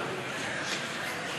קבוצת סיעת המחנה הציוני,